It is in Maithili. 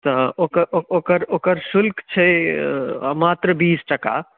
तऽ ओकर ओकर ओकर शुल्क छै मात्र बीस टाका